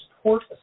support